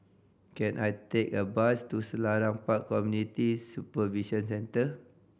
can I take a bus to Selarang Park Community Supervision Centre